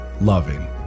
loving